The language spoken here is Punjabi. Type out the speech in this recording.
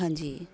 ਹਾਂਜੀ